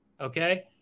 okay